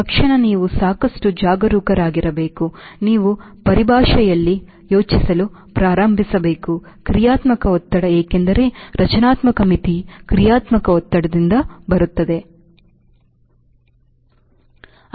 ತಕ್ಷಣ ನೀವು ಸಾಕಷ್ಟು ಜಾಗರೂಕರಾಗಿರಬೇಕು ನೀವು ಪರಿಭಾಷೆಯಲ್ಲಿ ಯೋಚಿಸಲು ಪ್ರಾರಂಭಿಸಬೇಕು ಕ್ರಿಯಾತ್ಮಕ ಒತ್ತಡ ಏಕೆಂದರೆ ರಚನಾತ್ಮಕ ಮಿತಿ ಕ್ರಿಯಾತ್ಮಕ ಒತ್ತಡದಿಂದ ಬರುತ್ತದೆ ಸರಿ